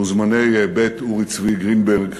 מוזמני בית אורי צבי גרינברג,